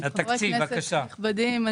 חברי כנסת נכבדים,